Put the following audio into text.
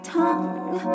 tongue